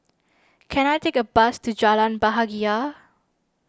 can I take a bus to Jalan Bahagia